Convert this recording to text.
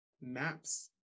maps